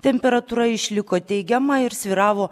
temperatūra išliko teigiama ir svyravo